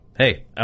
hey